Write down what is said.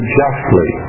justly